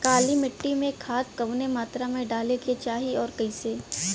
काली मिट्टी में खाद कवने मात्रा में डाले के चाही अउर कइसे?